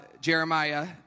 Jeremiah